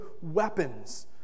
weapons